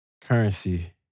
Currency